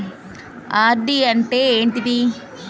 RD అంటే ఏంటిది?